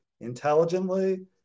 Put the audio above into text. intelligently